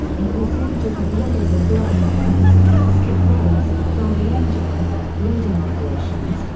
includes images of loggers and logging camps, skid roads, donkey engines, loading operations,